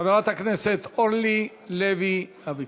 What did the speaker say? חברת הכנסת אורלי לוי אבקסיס.